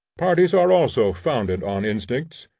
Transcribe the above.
parties are also founded on instincts,